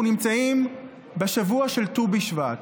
אנחנו נמצאים בשבוע של ט"ו בשבט,